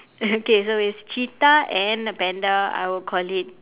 okay so it's cheetah and a panda I would call it